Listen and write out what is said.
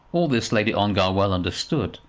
all this lady ongar well understood,